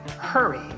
hurry